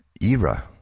era